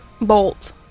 Bolt